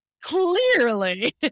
Clearly